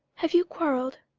have you quarrelled?